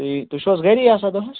تُہۍ یی تُہۍ چھِو حظ گَری آسان دۅہَس